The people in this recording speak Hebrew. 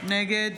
נגד